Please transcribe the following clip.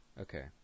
Okay